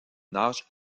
nage